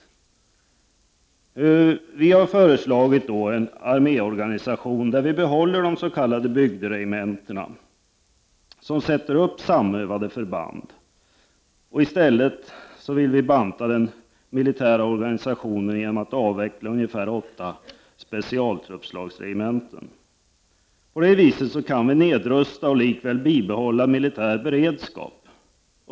Miljöpartiet har föreslagit en arméorganisation där de s.k. bygderegementena behålls och som har samövade förband. I stället vill vi banta den militära organisationen genom att avveckla cirka åtta specialtruppslagsregementen. På det viset kan vi nedrusta och likväl bibehålla militär beredskap.